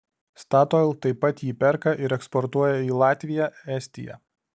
statoil taip pat jį perka ir eksportuoja į latviją estiją